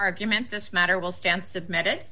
argument this matter will stand submitted